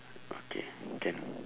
okay can